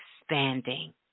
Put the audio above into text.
expanding